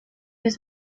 was